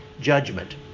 judgment